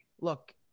look